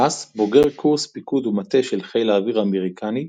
שש בוגר קורס פיקוד ומטה של חיל האוויר האמריקני,